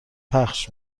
پخش